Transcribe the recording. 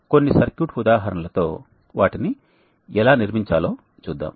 కొన్ని సర్క్యూట్ ఉదాహరణలతో వాటిని ఎలా నిర్మించాలో చూద్దాం